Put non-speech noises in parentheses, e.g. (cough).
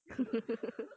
(laughs)